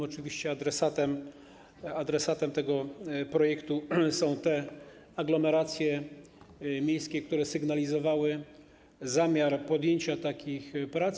Oczywiście głównym adresatem tego projektu są aglomeracje miejskie, które sygnalizowały zamiar podjęcia takich prac.